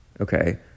okay